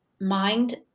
mind